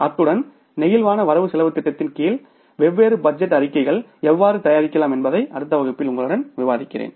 அத்துடன் நெகிழ்வான வரவு செலவுத் திட்டத்தின் கீழ் வெவ்வேறு பட்ஜெட் அறிக்கைகள் எவ்வாறு தயாரிக்கலாம் என்பதனை அடுத்த வகுப்பில் உங்களுடன் விவாதிக்கிறேன்